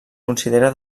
considera